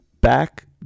back